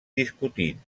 discutit